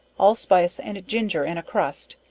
allspice and ginger in a crust,